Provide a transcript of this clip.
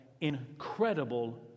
incredible